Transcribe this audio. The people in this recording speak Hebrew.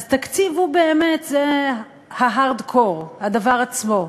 אז תקציב הוא באמת, זה ה-hardcore, הדבר עצמו,